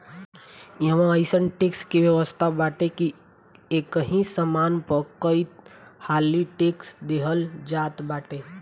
इहवा अइसन टेक्स के व्यवस्था बाटे की एकही सामान पअ कईहाली टेक्स देहल जात बाटे